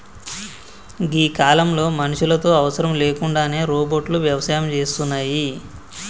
గీ కాలంలో మనుషులతో అవసరం లేకుండానే రోబోట్లు వ్యవసాయం సేస్తున్నాయి